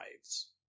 lives